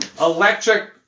electric